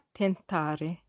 tentare